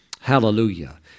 Hallelujah